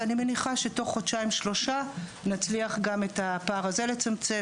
ואני מניחה שתוך חודשיים-שלושה נצליח גם את הפער הזה לצמצם.